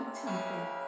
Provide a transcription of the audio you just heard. temple